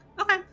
Okay